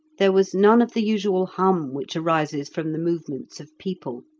there was none of the usual hum which arises from the movements of people.